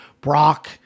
Brock